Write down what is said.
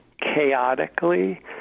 chaotically